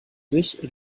sich